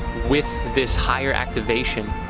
with this higher activation